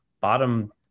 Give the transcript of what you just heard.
bottom